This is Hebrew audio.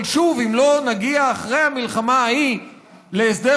אבל שוב: אם לא נגיע אחרי המלחמה ההיא להסדר